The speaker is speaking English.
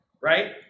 right